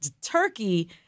turkey